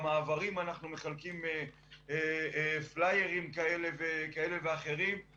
במעברים אנחנו מחלקים פליירים כאלה ואחרים.